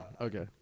Okay